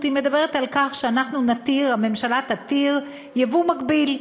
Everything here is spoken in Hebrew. היא מדברת על כך שהממשלה תתיר ייבוא מקביל.